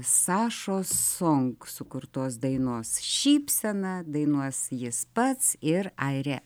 sašos sonk sukurtos dainos šypsena dainuos jis pats ir airė